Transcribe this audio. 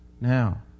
Now